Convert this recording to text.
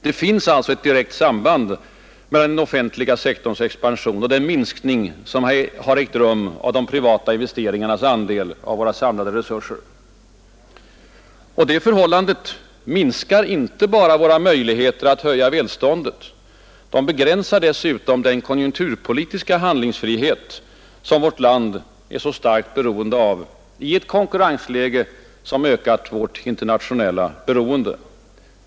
Det finns alltså ett direkt samband mellan den offentliga sektorns expansion och den minskning som ägt rum av de privata investeringarnas andel av våra samlade resurser. Det förhållandet minskar inte bara våra möjligheter att höja välståndet utan begränsar också den konjunkturpolitiska handlingsfrihet som vårt land är så starkt beroende av i ett konkurrensläge, som ökat vårt internationella beroende.